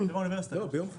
זה העניין?